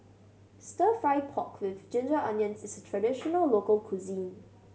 Stir Fry pork with ginger onions is traditional local cuisine